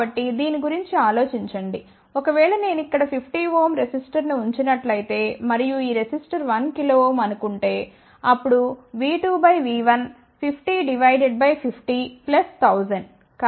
కాబట్టి దీని గురించి ఆలోచించండి ఒకవేళ నేను ఇక్కడ 50 ఓం రెసిస్టర్ను ఉంచినట్లయితే మరియు ఈ రెసిస్టర్ 1 kΩ అనుకుంటే అప్పుడు V2 by V1 50 divided by 50 plus 1000